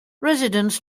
residents